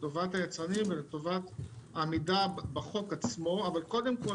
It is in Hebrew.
לטובת היצרנים ולטובת עמידה בחוק הזה אבל קודם כול